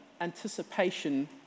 anticipation